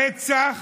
רצח,